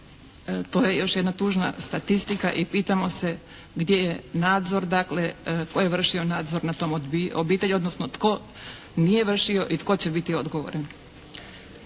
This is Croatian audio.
to je još jedna tužna statistika i pitamo se gdje je nadzor. Dakle, tko je vršio nadzor nad tom obitelji, odnosno tko nije vršio i tko će biti odgovoran.